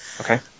Okay